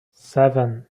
seven